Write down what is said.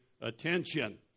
attention